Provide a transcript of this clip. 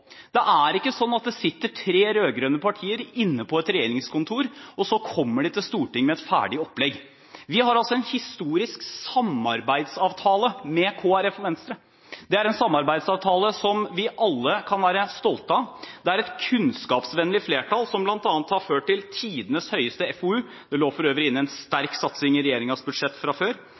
Det er ikke slik at det sitter tre rød-grønne partier inne på et regjeringskontor – og så kommer de til Stortinget med et ferdig opplegg. Vi har en historisk samarbeidsavtale med Kristelig Folkeparti og Venstre, en samarbeidsavtale som vi alle kan være stolte av. Det er et kunnskapsvennlig flertall, som bl.a. har ført til tidenes høyeste satsing på FoU – det lå for øvrig inne en sterk satsing i regjeringens budsjett fra før